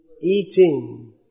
eating